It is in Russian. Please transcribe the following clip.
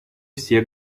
все